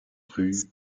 rue